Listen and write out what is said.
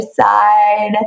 side